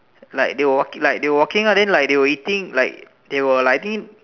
like they were walk like they were walking lah like they were eating like they were like I think